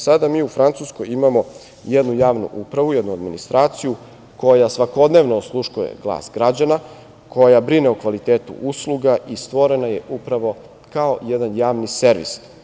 Sada mi u Francuskoj imamo jednu javnu upravu, jednu administraciju koja svakodnevno osluškuje glas građana, koja brine o kvalitetu usluga i stvorena je upravo kao jedan javni servis.